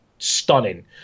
stunning